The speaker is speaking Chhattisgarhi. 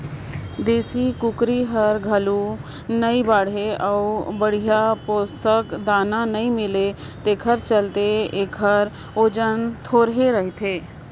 देसी कुकरी हर हालु नइ बाढ़े अउ बड़िहा पोसक दाना नइ मिले तेखर चलते एखर ओजन थोरहें रहथे